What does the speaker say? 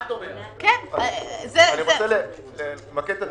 אני רוצה למקד את הדיון.